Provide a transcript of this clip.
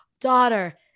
daughter